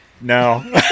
No